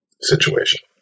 situation